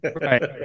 Right